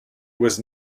was